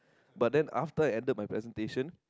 but then after I ended my presentation